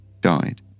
died